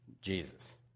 Jesus